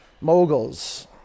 mogul's